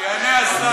שיענה השר.